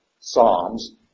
Psalms